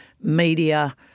media